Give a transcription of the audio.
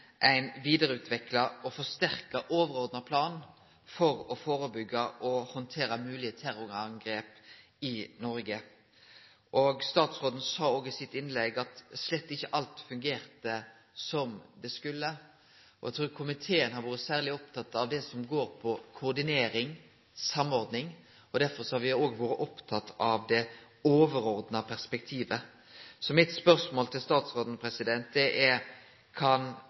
ein vidareutvikla og forsterka overordna plan for å førebyggje og handtere moglege terrorangrep i Noreg. Statsråden sa òg i sitt innlegg at slett ikkje alt fungerte som det skulle. Komiteen har vore særleg oppteken av det som går på koordinering, samordning, og derfor har me òg vore opptekne av det overordna perspektivet. Mitt spørsmål til statsråden er: Kan statsråden bekrefte at det